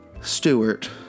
Stewart